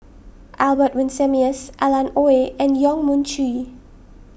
Albert Winsemius Alan Oei and Yong Mun Chee